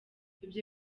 ibyo